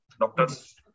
doctors